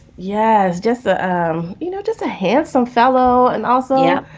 yeah just, ah um you know, just a handsome fellow. and also. yeah.